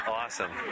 awesome